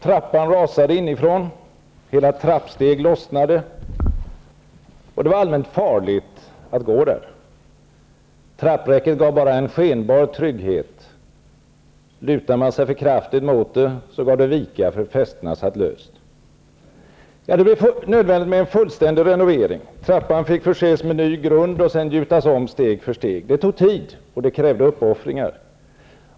Trappan rasade innifrån, hela trappsteg lossnade och det var allmänt farligt att gå där. Trappräcket gav bara en skenbar trygghet. Lutade man sig för kraftigt mot det gav det vika, eftersom fästena satt löst. Det blev nödvändigt med en fullständig renovering. Trappan fick förses med ny grund och sedan gjutas om steg för steg. Det tog tid, och det krävde uppoffringar.